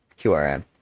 qrm